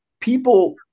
people